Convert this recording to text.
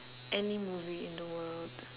any movie in the world